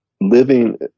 living